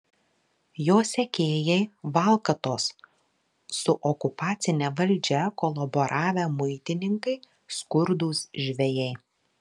jo sekėjai valkatos su okupacine valdžia kolaboravę muitininkai skurdūs žvejai